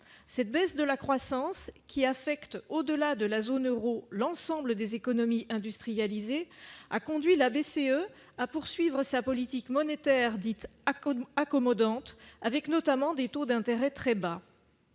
cette baisse de la croissance qui affecte au-delà de la zone Euro, l'ensemble des économies industrialisées, a conduit la BCE à poursuivre sa politique monétaire dites à Cottbus accommodante, avec notamment des taux d'intérêt très bas.